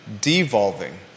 devolving